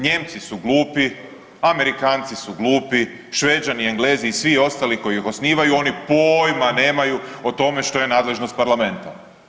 Nijemci su glupi, Amerikanci su glupi, Šveđani, Englezi i svi ostali koji ih osnivaju oni pojma nemaju o tome što je nadležnost parlamenta.